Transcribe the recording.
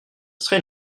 serait